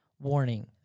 Warning